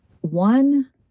one